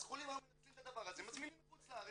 אז חולים היו מנצלים את הדבר הזה מזמינים מחוץ-לארץ.